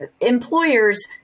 employers